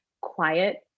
quiet